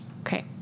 Okay